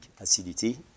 acidity